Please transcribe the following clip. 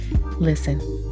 listen